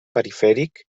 perifèric